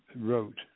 wrote